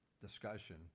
discussion